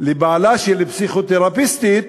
לבעלה של פסיכותרפיסטית